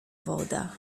woda